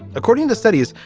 according to studies,